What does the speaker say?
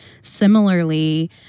Similarly